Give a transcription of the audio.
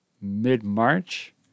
mid-March